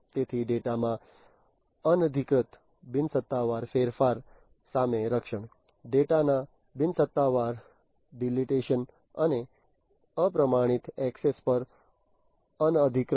તેથી ડેટા માં અનધિકૃત બિનસત્તાવાર ફેરફાર સામે રક્ષણ ડેટા ના બિનસત્તાવાર ડિલેટશન અને અપ્રમાણિત ઍક્સેસ પર અનધિકૃત